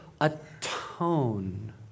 atone